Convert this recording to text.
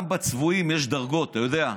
גם בצבועים יש דרגות, אתה יודע.